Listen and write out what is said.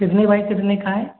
कितने बाइ कितने का है